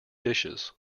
dishes